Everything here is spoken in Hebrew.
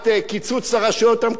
קיצוץ לרשויות המקומיות,